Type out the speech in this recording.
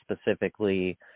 specifically